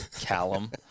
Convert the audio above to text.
Callum